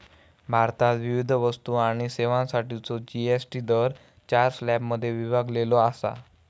भारतात विविध वस्तू आणि सेवांसाठीचो जी.एस.टी दर चार स्लॅबमध्ये विभागलेलो असा